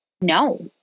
No